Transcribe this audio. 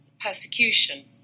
persecution